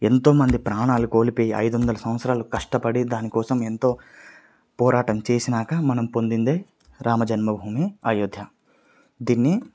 ఎంతోమంది ప్రాణాలు కోల్పోయి ఐదు వందల సంవత్సరాలు కష్టపడి దానికోసం ఎంతో పోరాటం చేసాక మనం పొందిందే రామ జన్మభూమి అయోధ్య దీన్ని